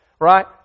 right